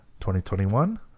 2021